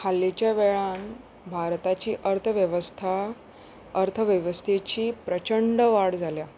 हाल्लीच्या वेळान भारताची अर्थवेवस्था अर्थवेवस्थेची प्रचंड वाड जाल्या